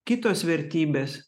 kitos vertybės